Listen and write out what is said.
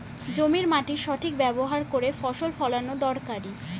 জমির মাটির সঠিক ব্যবহার করে ফসল ফলানো দরকারি